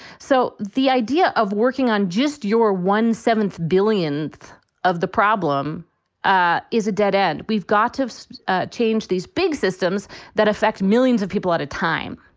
so the idea of working on just your one seventh billionth of the problem ah is a dead end. we've got to so ah change these big systems that affect millions of people at a time